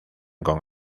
con